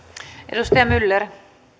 arvoisa puhemies